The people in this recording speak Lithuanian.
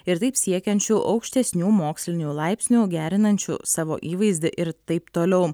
ir taip siekiančių aukštesnių mokslinių laipsnių gerinančių savo įvaizdį ir taip toliau